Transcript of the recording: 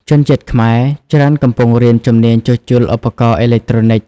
ជនជាតិខ្មែរច្រើនកំពុងរៀនជំនាញជួសជុលឧបករណ៍អេឡិចត្រូនិច។